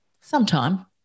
sometime